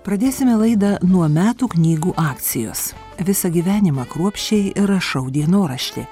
pradėsime laidą nuo metų knygų akcijos visą gyvenimą kruopščiai rašau dienoraštį